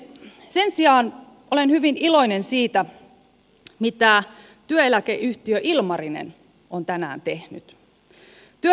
sen sijaan olen hyvin iloinen siitä mitä työeläkeyhtiö ilmarinen on tänään tehnyt